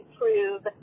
prove